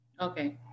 Okay